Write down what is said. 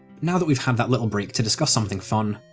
now that we've had that little break to discuss something fun,